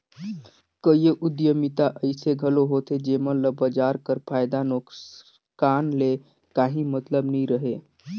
कइयो उद्यमिता अइसे घलो होथे जेमन ल बजार कर फयदा नोसकान ले काहीं मतलब नी रहें